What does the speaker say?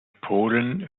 polen